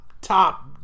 top